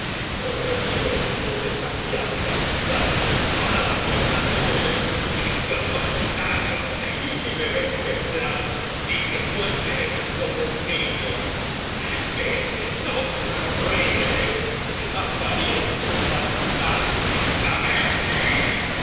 ó resucita y desafíame á cruzar mi espada con la tuya en un sitio solitario y si me ves temblar di que soy débil como un niño vete sombra horrible apariencia